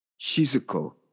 Shizuko